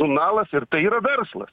žurnalas ir tai yra verslas